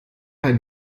ein